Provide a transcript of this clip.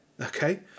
Okay